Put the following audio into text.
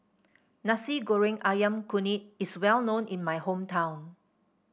Nasi Goreng ayam Kunyit is well known in my hometown